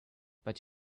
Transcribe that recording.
but